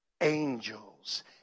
angels